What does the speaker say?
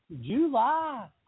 July